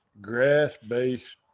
grass-based